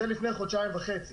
זה היה לפני חודשיים וחצי,